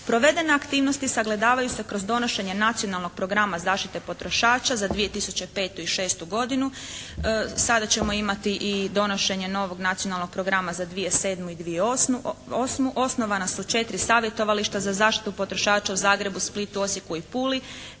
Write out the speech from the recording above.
Provedene aktivnosti sagledavaju se kroz donošenje nacionalnog programa zaštite potrošača za 2005. i 2006. godinu, sada ćemo imati i donošenje novog nacionalnog programa za 2007. i 2008., osnovana su četiri savjetovališta za zaštitu potrošača u Zagrebu, Splitu, Osijeku i Puli